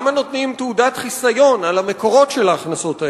למה נותנים תעודת חיסיון על המקורות של ההכנסות האלה?